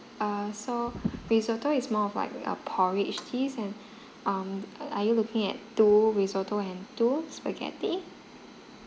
uh so risotto is more of like a porridge taste and um are you looking at two risotto and two spaghetti